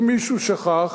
אם מישהו שכח,